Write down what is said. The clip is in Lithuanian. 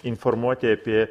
informuoti apie